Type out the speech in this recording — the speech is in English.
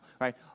right